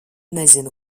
nezinu